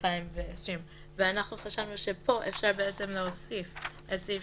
התש"ף 2020."; אנחנו חשבנו שפה אפשר להוסיף את סעיף